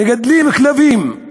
מגדלים כלבים.